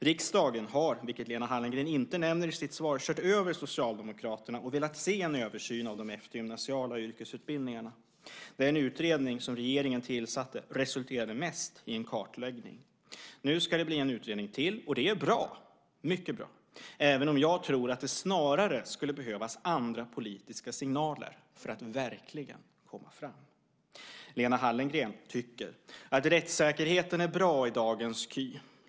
Riksdagen har, vilket Lena Hallengren inte nämner i sitt svar, kört över Socialdemokraterna och velat se en översyn av de eftergymnasiala yrkesutbildningarna. Den utredning som regeringen tillsatte resulterade mest i en kartläggning. Nu ska det bli en utredning till, och det är bra - mycket bra - även om jag tror att det snarare skulle behövas andra politiska signaler för att verkligen komma fram. Lena Hallengren tycker att rättssäkerheten är bra i dagens KY.